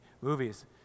movies